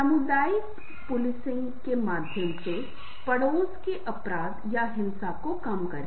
सामुदायिक पुलिसिंग के माध्यम से पड़ोस के अपराध या हिंसा को कम करना